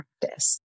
practice